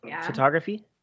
photography